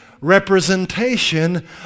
representation